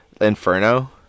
Inferno